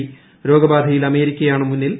ഭർഭാഗബാധയിൽ അമേരിക്കയാണ് മുന്നിൽ